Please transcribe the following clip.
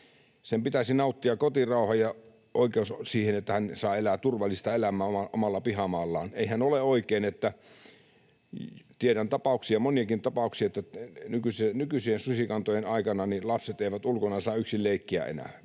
Sen pitäisi nauttia kotirauhaa, ja heillä pitäisi olla oikeus siihen, että saavat elää turvallista elämää omalla pihamaallaan. Eihän ole oikein, että… Tiedän tapauksia, moniakin tapauksia, että nykyisien susikantojen aikana lapset eivät ulkona saa yksin leikkiä enää,